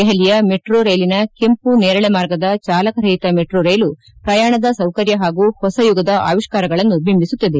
ದೆಪಲಿಯ ಮೆಟ್ರೋ ರೈಲಿನ ಕೆಂಪು ನೇರಳೆ ಮಾರ್ಗದ ಚಾಲಕ ರಹಿತ ಮೆಟ್ರೋ ರೈಲು ಪ್ರಯಾಣದ ಸೌಕರ್ಯ ಪಾಗೂ ಹೊಸಯುಗದ ಆವಿಷ್ಠಾರಗಳನ್ನು ಬಿಂಬಿಸುತ್ತದೆ